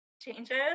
changes